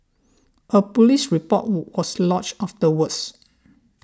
a police report was lodged afterwards